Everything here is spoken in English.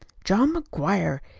john mcguire.